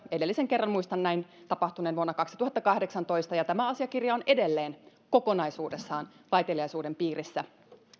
edellisen kerran muistan näin tapahtuneen vuonna kaksituhattakahdeksantoista ja tämä asiakirja on edelleen kokonaisuudessaan vaiteliaisuuden piirissä